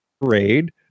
parade